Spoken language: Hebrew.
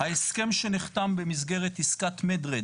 ההסכם שנחתם במסגרת עסקת red med,